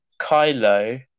Kylo